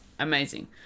Amazing